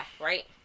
right